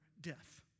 death